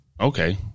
okay